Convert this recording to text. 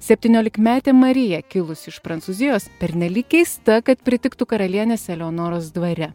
septyniolikmetė marija kilusi iš prancūzijos pernelyg keista kad pritiktų karalienės eleonoros dvare